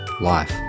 life